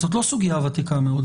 זאת לא סוגיה ותיקה מאוד,